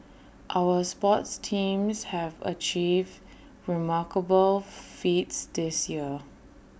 our sports teams have achieved remarkable feats this year